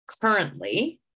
currently